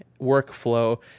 workflow